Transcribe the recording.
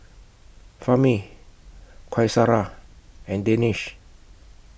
Fahmi Qaisara and Danish